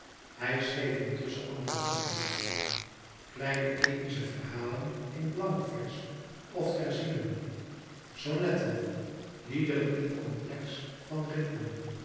hij schreef intusschen andere gedichten kleine epische verhalen in blankvers of terzinen sonnetten liederen in complex van rythmen